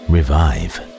Revive